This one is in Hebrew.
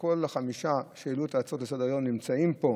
שכל החמישה שהעלו את ההצעות לסדר-היום נמצאים פה,